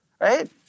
right